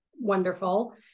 wonderful